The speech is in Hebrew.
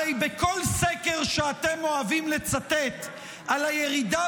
הרי בכל סקר שאתם אוהבים לצטט על הירידה